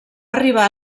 arribar